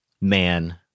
man